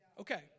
Okay